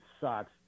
sucks